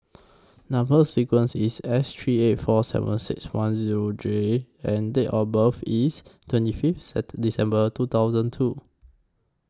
Number sequence IS S three eight four seven six one Zero J and Date of birth IS twenty Fifth At December two thousand two